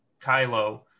Kylo